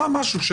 קרה משהו,